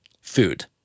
food